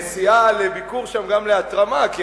הנסיעה לביקור שם גם להתרמה, יהודים ציונים טובים.